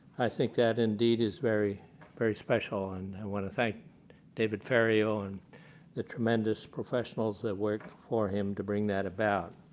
i think that, indeed, is very very special, and i want to thank david ferriero ah and the tremendous professionals that work for him to bring that about.